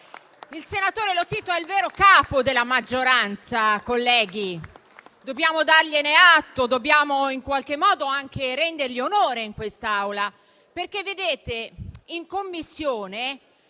Il senatore Lotito è il vero capo della maggioranza, colleghi, dobbiamo dargliene atto e dobbiamo in qualche modo anche rendergli onore in quest'Aula. Vedete, in Commissione